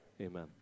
Amen